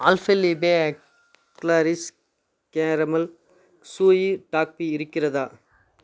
Alpenliebe eclairs caramel chewy toffee இருக்கிறதா